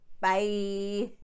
Bye